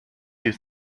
you